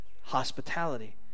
hospitality